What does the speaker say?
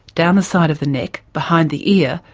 down the side of the neck, behind the ear,